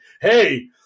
hey